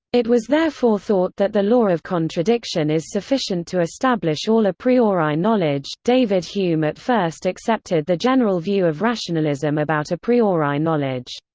it was therefore thought that the law of contradiction is sufficient to establish all a priori knowledge david hume at first accepted the general view of rationalism about a priori knowledge.